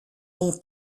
mon